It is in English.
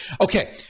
Okay